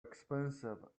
expensive